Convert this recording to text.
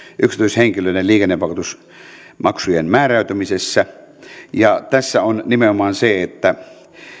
yksityishenkilöiden liikennevakuutusmaksujen määräytymisessä tässä on nimenomaan se että